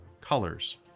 colors